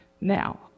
now